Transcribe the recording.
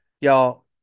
Y'all